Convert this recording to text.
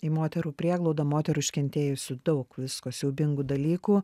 į moterų prieglaudą moterų iškentėjusių daug visko siaubingų dalykų